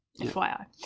FYI